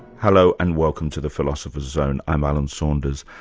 hello and welcome to the philosopher's zone. i'm alan saunders.